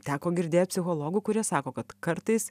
teko girdėt psichologų kurie sako kad kartais